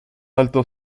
alto